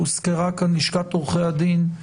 הוזכרה כאן לשכת עורכי הדין,